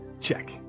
Check